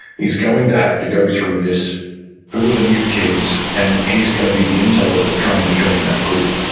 he's going to have to go through this who are the new kids? and he's going to be the interloper trying to join that group,